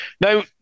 Now